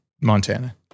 Montana